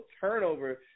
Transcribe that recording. turnover